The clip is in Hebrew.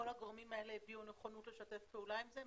כל הגורמים האלה הביעו נכונות לשתף פעולה עם זה?